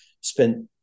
spent